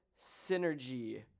Synergy